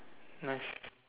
nice